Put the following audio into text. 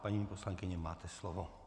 Paní poslankyně, máte slovo.